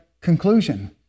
conclusion